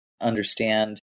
understand